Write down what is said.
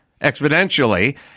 exponentially